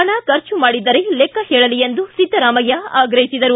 ಹಣ ಖರ್ಚು ಮಾಡಿದ್ದರೆ ಲೆಕ್ಕ ಹೇಳಲಿ ಎಂದು ಸಿದ್ದರಾಮಯ್ಯ ಆಗ್ರಹಿಸಿದರು